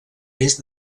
més